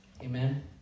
Amen